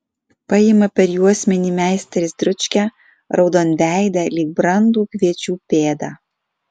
paima per juosmenį meisteris dručkę raudonveidę lyg brandų kviečių pėdą